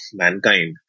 mankind